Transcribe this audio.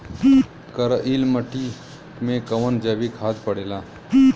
करइल मिट्टी में कवन जैविक खाद पड़ेला?